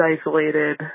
isolated